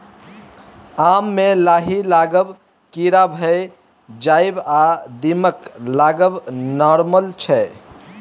आम मे लाही लागब, कीरा भए जाएब आ दीमक लागब नार्मल छै